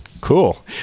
Cool